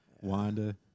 Wanda